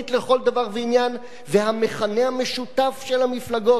והמכנה המשותף של המפלגות היה ציוני,